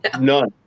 None